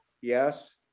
Yes